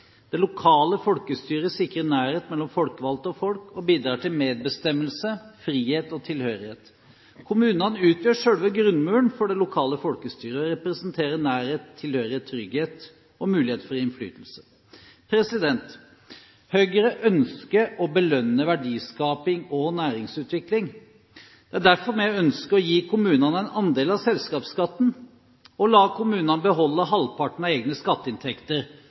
Det lokale folkestyret sikrer nærhet mellom folkevalgte og folk og bidrar til medbestemmelse, frihet og tilhørighet. Kommunene utgjør selve grunnmuren for det lokale folkestyret og representerer nærhet, tilhørighet, trygghet og mulighet for innflytelse. Høyre ønsker å belønne verdiskaping og næringsutvikling. Det er derfor vi ønsker å gi kommunene en andel av selskapsskatten og la kommunene beholde halvparten av egne skatteinntekter